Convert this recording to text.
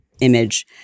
image